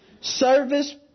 service